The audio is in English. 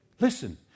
Listen